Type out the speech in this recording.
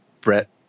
Brett